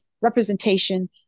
representation